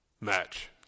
match